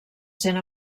sent